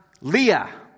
Leah